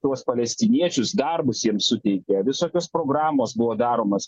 tuos palestiniečius darbus jiems suteikė visokios programos buvo daromos